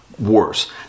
worse